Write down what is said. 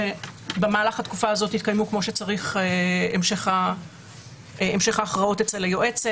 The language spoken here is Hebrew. שבמהלך התקופה הזאת יתקיים כמו שצריך המשך ההכרעות אצל היועצת,